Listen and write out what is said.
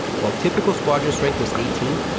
while typical squadron strength was eighteen,